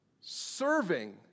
serving